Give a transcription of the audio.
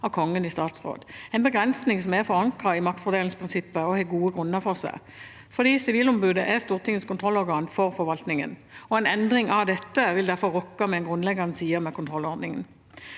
av Kongen i statsråd, en begrensning som er forankret i maktfordelingsprinsippet, og som det er gode grunner for fordi Sivilombudet er Stortingets kontrollorgan for forvaltningen. En endring av dette vil derfor rokke ved en grunnleggende side ved kontrollordningen.